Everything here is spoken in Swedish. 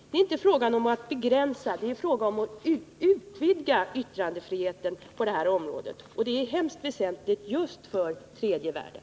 Det är inte fråga om att begränsa yttrandefriheten, det är fråga om att utvidga den på det här området, vilket är mycket väsentligt just för tredje världen.